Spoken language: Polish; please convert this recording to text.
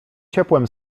ciepłem